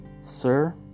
Sir